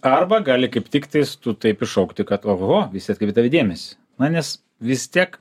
arba gali kaip tiktais tu taip iššokti kad ohoho visi atkreipia į tave dėmesį manęs vis tiek